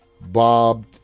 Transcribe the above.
Bob